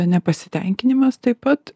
nepasitenkinimas taip pat